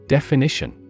Definition